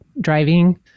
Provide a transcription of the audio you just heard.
driving